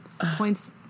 points